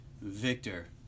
Victor